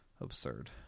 absurd